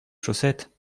chaussettes